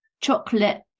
chocolate